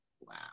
Wow